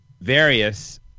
various